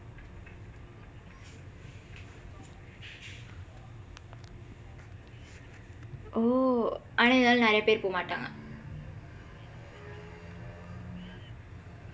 oh ஆனா இருந்தாலும் நிறைய பேர் போக மாட்டாங்க:aanaa irundthaalum niraiya peer pooka maatdaangka